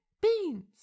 Beans